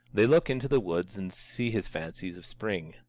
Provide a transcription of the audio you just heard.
they look into the woods and see his fancies of spring,